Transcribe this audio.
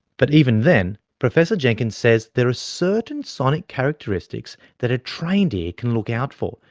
but even then, professor jenkins says there are certain sonic characteristics that a trained ear can look out for,